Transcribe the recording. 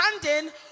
standing